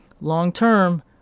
Long-term